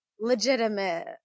legitimate